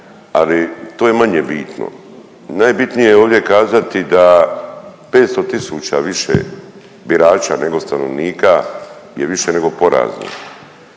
ali to je manje bitno. Najbitnije je ovdje kazati da 500 tisuća više birača nego stanovnika je više nego porazno.